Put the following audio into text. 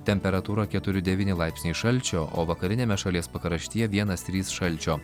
temperatūra keturi devyni laipsniai šalčio o vakariniame šalies pakraštyje vienas trys šalčio